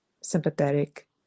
sympathetic